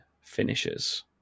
finishes